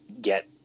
get